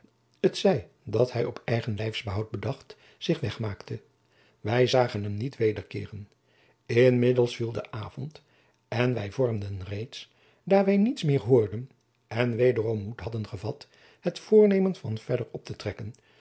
t zij dat hij op eigen lijfsbehoud bedacht zich wegmaakte wij zagen hem niet wederkeeren inmiddels viel de avond en wij vormden reeds daar wij niets meer hoorden en wejacob van lennep de pleegzoon derom moed hadden gevat het voornemen van verder op te trekken